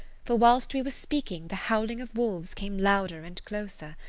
for whilst we were speaking the howling of wolves came louder and closer.